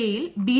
എയിൽ ബി